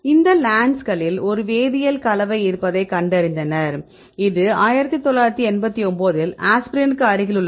இந்த லாண்ட்களில் ஒரு வேதியியல் கலவை இருப்பதை கண்டறிந்தனர் இது 1989 இல் ஆஸ்பிரினுக்கு அருகில் உள்ளது